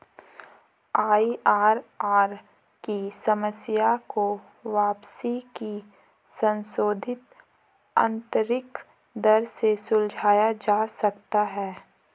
IRR की समस्या को वापसी की संशोधित आंतरिक दर से सुलझाया जा सकता है